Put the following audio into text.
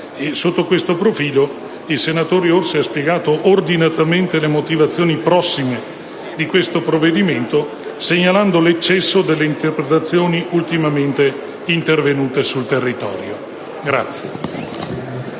Sotto questo profilo, il senatore Orsi ha spiegato ordinatamente le motivazioni prossime di questo provvedimento, segnalando l'eccesso delle interpretazioni ultimamente intervenute sul territorio.